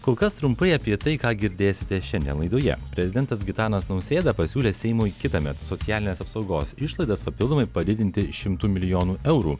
kol kas trumpai apie tai ką girdėsite šiandien laidoje prezidentas gitanas nausėda pasiūlė seimui kitąmet socialinės apsaugos išlaidas papildomai padidinti šimtu milijonų eurų